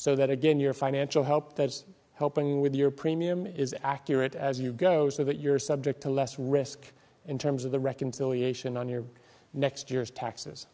so that again your financial help that's helping with your premium is accurate as you go so that you're subject to less risk in terms of the reconciliation on your next year's taxes